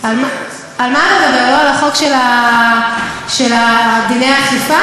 על מה אתה מדבר, לא על החוק של דיני האכיפה?